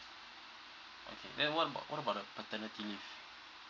okay then what about what about the paternity leave